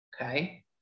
Okay